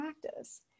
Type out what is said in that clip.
practice